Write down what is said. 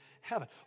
heaven